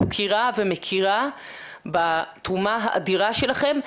מוקירה ומכירה בתרומה האדירה שלכם,